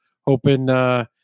hoping